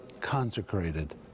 consecrated